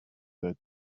their